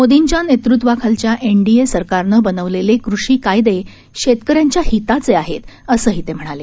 मोदींच्या नेतृत्वातील एनडीए सरकारनं बनवलेले कृषी कायदे शेतकऱ्यांच्या हिताचे आहेत असंही ते म्हणाले